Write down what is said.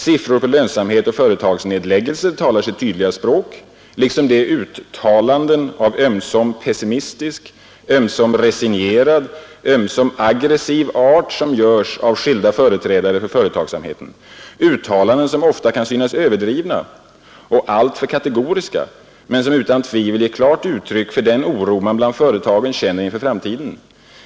Siffror på lönsamhet och företagsnedläggelser talar sitt tydliga språk, liksom de uttalanden av ömsom pessimistisk, ömsom resignerad, ömsom aggressiv art som görs av skilda företrädare för företagsamheten, uttalanden som ofta kan synas överdrivna och alltför kategoriska men som utan tvivel ger klart uttryck för den oro man bland företagen känner inför framtiden.